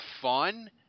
fun